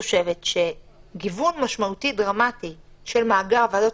חושבת שגיוון משמעותי דרמטי של מאגר ועדות